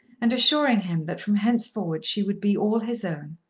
and assuring him that from henceforward she would be all his own.